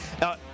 Now